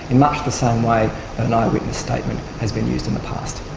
in much the same way an eyewitness statement has been used in the past.